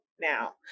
now